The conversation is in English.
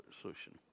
solution